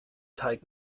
teig